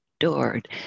adored